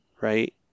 right